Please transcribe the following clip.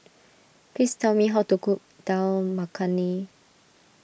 please tell me how to cook Dal Makhani